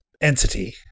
entity